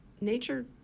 Nature